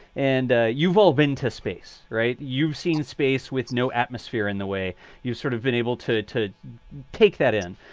and you've all been to space, right? you've seen space with no atmosphere in the way you've sort of been able to to take that in.